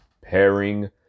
Pairing